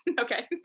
okay